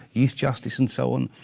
youth justice, and so on.